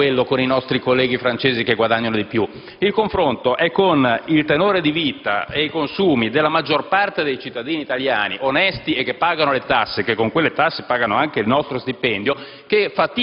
non è solo con i nostri colleghi francesi che guadagnano di più, ma anche con il tenore di vita e i consumi della maggior parte dei cittadini italiani onesti, che pagano le tasse e che con quelle tasse pagano anche il nostro stipendio,